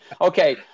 Okay